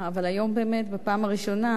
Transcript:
אבל היום, באמת בפעם הראשונה,